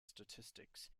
statistics